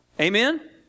Amen